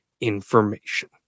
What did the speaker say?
information